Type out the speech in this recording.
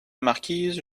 marquise